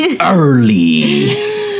Early